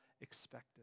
expected